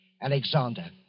Alexander